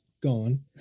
gone